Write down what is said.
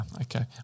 Okay